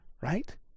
right